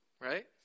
right